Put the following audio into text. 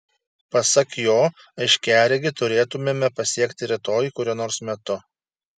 pasak jo aiškiaregį turėtumėme pasiekti rytoj kuriuo nors metu